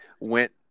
went